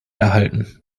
erhalten